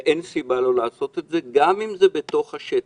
ואין סיבה לא לעשות את זה, גם אם זה בתוך השטח.